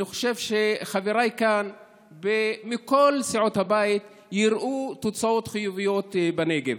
אני חושב שחבריי כאן מכל סיעות הבית יראו תוצאות חיוביות בנגב.